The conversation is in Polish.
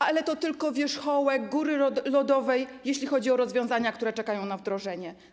Ale to tylko wierzchołek góry lodowej, jeśli chodzi o rozwiązania, które czekają na wdrożenie.